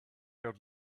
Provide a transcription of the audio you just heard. heard